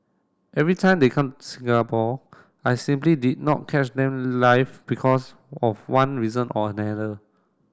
every time they come Singapore I simply did not catch them live because of one reason or another